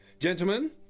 Gentlemen